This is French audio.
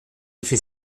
effet